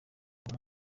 uwo